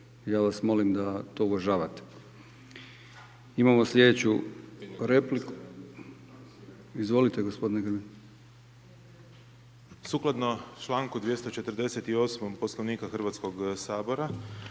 Ja vas molim da to uvažavate. Imamo slijedeću repliku. Izvolite gospodine Grbin.